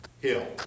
hill